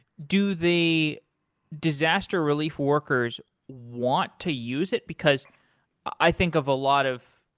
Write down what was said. do the disaster relief workers want to use it? because i think of a lot of